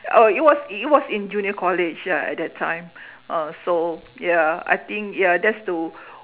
oh it was it was in junior college ya at that time uh so ya I think ya that's to